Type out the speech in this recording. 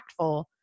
impactful